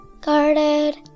Guarded